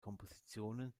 kompositionen